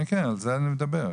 כן, על זה אני מדבר.